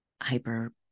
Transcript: hyper